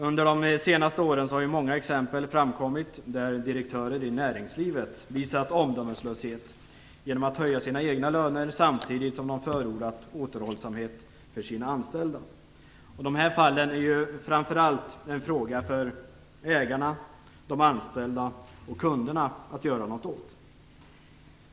Under de senaste åren har många exempel framkommit där direktörer i näringslivet visat omdömeslöshet genom att höja sina egna löner samtidigt som de förordat återhållsamhet för sina anställda. Dessa fall är framför allt en fråga för ägarna, de anställda och kunderna att göra något åt.